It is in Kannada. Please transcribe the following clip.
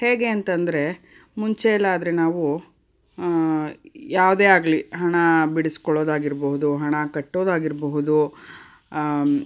ಹೇಗೆ ಅಂತಂದರೆ ಮುಂಚೆ ಎಲ್ಲ ಆದರೆ ನಾವು ಯಾವುದೇ ಆಗಲಿ ಹಣ ಬಿಡಿಸ್ಕೊಳ್ಳೋದಾಗಿರ್ಭೌದು ಹಣ ಕಟ್ಟೋದಾಗಿರಬಹುದು